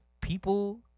people